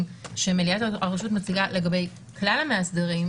שמליאת הרשות מציגה לגבי כלל המאסדרים,